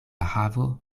havo